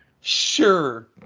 Sure